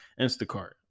Instacart